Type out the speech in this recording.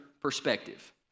perspective